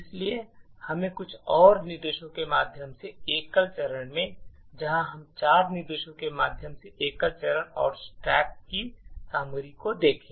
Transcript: इसलिए हमें कुछ और निर्देशों के माध्यम से एकल चरण दें जहां हम चार निर्देशों के माध्यम से एकल चरण और स्टैक की सामग्री को देखें